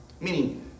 meaning